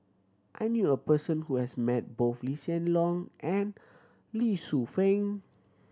I knew a person who has met both Lee Hsien Loong and Lee Shu Fen